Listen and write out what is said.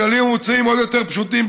הכללים המוצעים עוד יותר פשוטים,